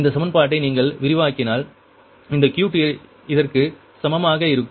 இந்த சமன்பாட்டை நீங்கள் விரிவாக்கினால் இந்த Q2 இதற்கு சமமாக இருக்கும்